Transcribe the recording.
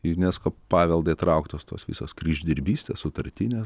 į unesco paveldą įtrauktos tos visos kryždirbystės sutartinės